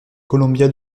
columbia